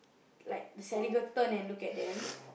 like Sally girl turn and look at them